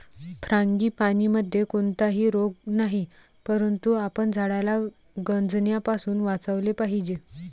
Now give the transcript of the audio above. फ्रांगीपानीमध्ये कोणताही रोग नाही, परंतु आपण झाडाला गंजण्यापासून वाचवले पाहिजे